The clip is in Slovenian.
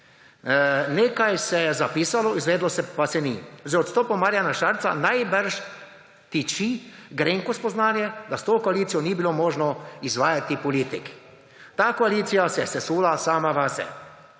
Nekaj se je zapisalo, izvedlo pa se ni. Za odstopom Marjana Šarca najbrž tiči grenko spoznanje, da s to koalicijo ni bilo možno izvajati politik. Ta koalicija se je sesula sama vase.«